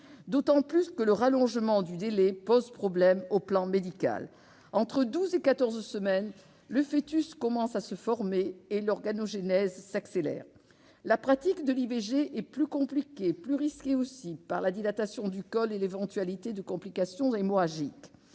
d'autant que le rallongement du délai pose problème sur le plan médical. Entre douze et quatorze semaines de grossesse, le foetus commence à se former et l'organogénèse s'accélère. La pratique de l'IVG est plus compliquée, plus risquée aussi, par la dilatation du col et l'éventualité de complications hémorragiques.